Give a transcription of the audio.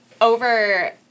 over